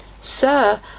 Sir